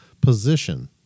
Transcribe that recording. position